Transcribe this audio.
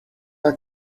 are